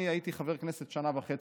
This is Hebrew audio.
אני הייתי חבר כנסת שנה וחצי,